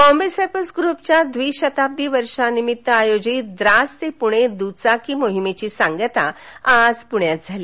वॉवे sappers ग्रूपच्या द्विशताब्दी वर्षानिमित्त आयोजित द्रास ते पुणे दुचाकी मोहिमेची सांगता आज पृण्यात झाली